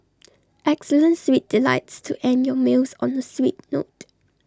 excellent sweet delights to end your meals on the sweet note